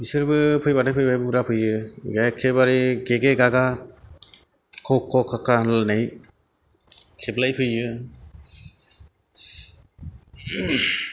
बिसोरबो फैब्लाथाय फैबाय बुरजा फैयो एखेबारे गेगे गागा खख' खाखा होनलायनाय खेबलायफैयो